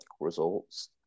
results